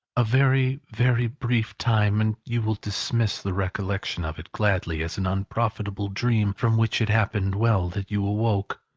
a very, very brief time, and you will dismiss the recollection of it, gladly, as an unprofitable dream, from which it happened well that you awoke.